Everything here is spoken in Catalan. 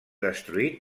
destruït